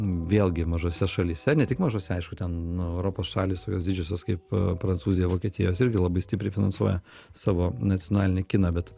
vėlgi mažose šalyse ne tik mažose aišku ten nu europos šalys tokios didžiosios kaip prancūzija vokietijos irgi labai stipriai finansuoja savo nacionalinį kiną bet